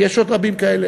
ויש עוד רבים כאלה.